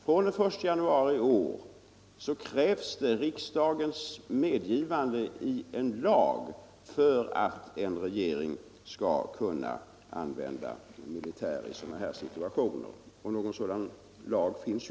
fr.o.m. den 1 januari i år krävs det riksdagens medgivande i form av en lag för att en regering skall kunna använda militär i sådana situationer som